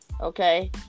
Okay